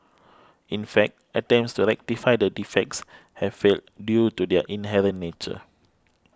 in fact attempts to rectify the defects have failed due to their inherent nature